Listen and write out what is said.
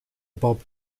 bob